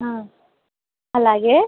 అలాగే